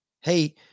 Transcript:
Hey